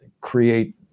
create